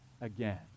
again